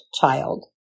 child